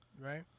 right